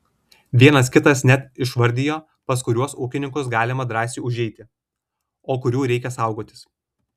vienas kitas net išvardijo pas kuriuos ūkininkus galima drąsiai užeiti o kurių reikia saugotis